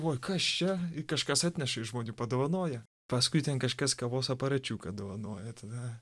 galvoju kas čia kažkas atnešė iš žmonių padovanojo paskui ten kažkas kavos aparačiuką dovanojo tada